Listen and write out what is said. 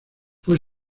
fue